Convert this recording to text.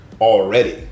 already